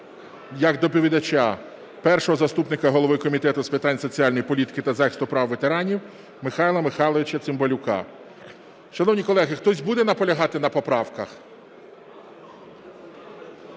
як доповідача першого заступника голови Комітету з питань соціальної політики та захисту прав ветеранів Михайла Михайловича Цимбалюка. Шановні колеги, хтось буде наполягати на поправках?